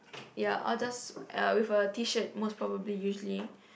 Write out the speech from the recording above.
ya I'll just uh with a T-shirt most probably usually